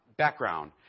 Background